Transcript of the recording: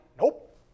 Nope